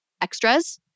extras